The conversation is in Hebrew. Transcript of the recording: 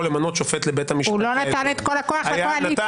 למנות שופט לבית המשפט --- הוא לא נתן את כל הכוח לקואליציה.